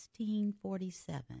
1647